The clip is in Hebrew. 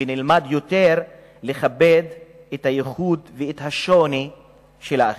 ונלמד יותר לכבד את הייחוד ואת השוני של האחר.